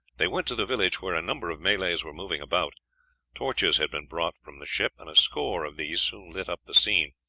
they went to the village, where a number of malays were moving about torches had been brought from the ship, and a score of these soon lit up the scene.